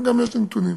גם יש לי נתונים.